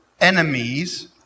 enemies